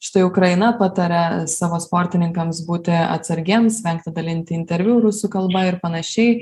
štai ukraina pataria savo sportininkams būti atsargiems vengti dalinti interviu rusų kalba ir panašiai